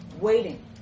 waiting